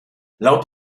laut